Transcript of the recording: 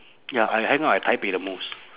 ya I hang out at 台北 the most